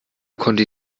konnte